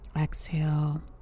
exhale